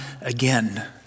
again